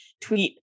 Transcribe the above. tweet